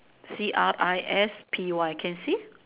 C R I S P Y can see